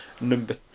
Number